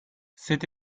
c’est